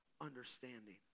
understanding